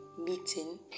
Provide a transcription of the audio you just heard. meeting